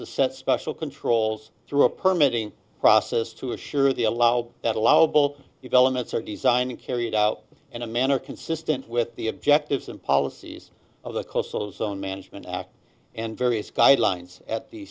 to set special controls through a permit in process to assure the allowed that allow both developments are design and carried out in a manner consistent with the objectives and policies of the coastal zone management act and various guidelines at the